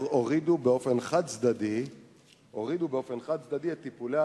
והורידו באופן חד-צדדי את טיפולי